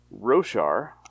Roshar